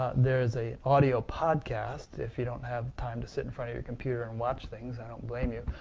ah there is an audio podcast if you don't have time to sit in front of your computer and watch things, i don't blame you.